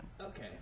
okay